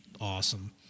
awesome